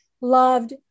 loved